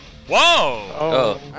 Whoa